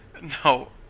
No